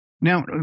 Now